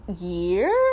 year